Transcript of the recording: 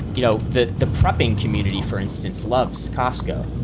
you know that the prepping community, for instance, loves costco.